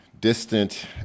distant